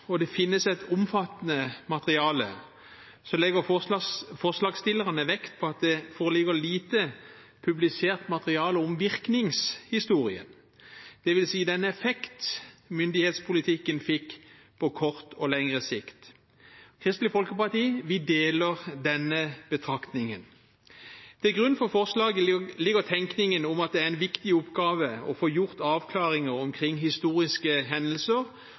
og det finnes et omfattende materiale, legger forslagsstillerne vekt på at det foreligger lite publisert materiale om virkningshistorien, dvs. den effekt myndighetspolitikken fikk på kort og lengre sikt. Kristelig Folkeparti deler denne betraktningen. Til grunn for forslaget ligger tenkningen om at det er en viktig oppgave å få gjort avklaringer omkring historiske hendelser